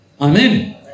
Amen